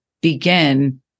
begin